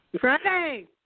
Friday